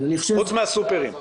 חוץ מהסופרים.